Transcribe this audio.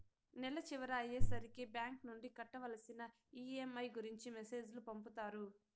నెల చివర అయ్యే సరికి బ్యాంక్ నుండి కట్టవలసిన ఈ.ఎం.ఐ గురించి మెసేజ్ లు పంపుతారు